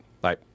Bye